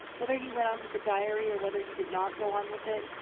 whether he went on with the diary, or whether he did not go on with it,